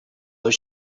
that